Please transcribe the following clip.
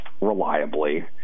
reliably –